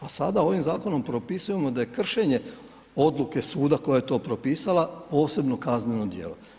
A sada ovim zakonom propisujemo da je kršenje odluke suda koja je to propisala posebno kazneno djelo.